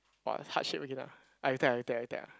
what heart shape again ah ah you take ah you take ah you take ah